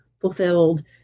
fulfilled